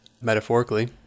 metaphorically